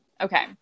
Okay